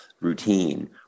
routine